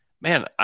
man